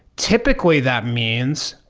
typically, that means,